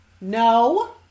No